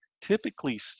typically